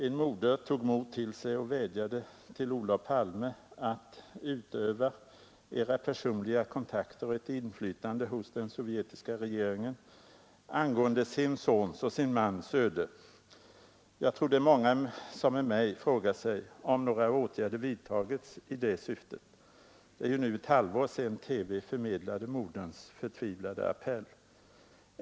En moder tog mod till sig och vädjade till Olof Palme ”att ni skulle utnyttja era personliga kontakter och ert inflytande hos den sovjetiska regeringen” angående hennes sons och hennes mans öde. Jag tror det är många som med mig frågar sig om några åtgärder vidtagits i detta syfte — det är ju nu ett halvår sedan TV förmedlade moderns förtvivlade appell.